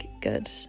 good